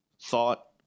thought